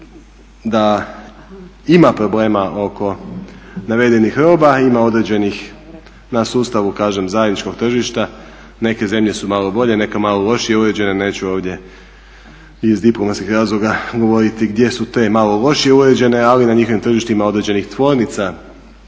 da ima problema oko navedenih roba, ima određenih na sustavu kažem zajedničkog tržišta, neke zemlje su malo bolje, neke malo lošije uređene, neću ovdje iz diplomatskih razloga govoriti gdje su te malo lošije uređene ali na njihovim tržištima određenih tvornica,